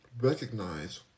recognize